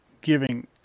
giving